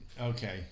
Okay